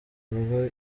bikorwa